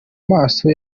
maso